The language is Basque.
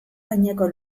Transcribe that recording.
gaineko